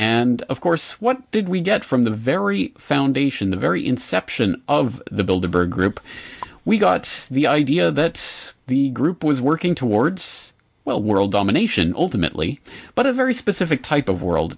and of course what did we get from the very foundation the very inception of the build a bear group we got the idea that the group was working towards well world domination over mentally but a very specific type of world